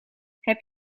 heb